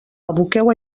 aboqueu